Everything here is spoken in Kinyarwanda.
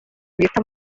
bita